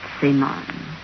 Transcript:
Simon